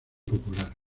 popular